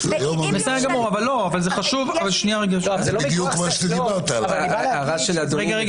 אם מתקיים אצלי חשד לביצוע עבירה ואני נדרש